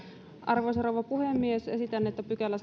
arvoisa rouva puhemies esitän että sadasyhdeksästoista pykälä